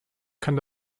kann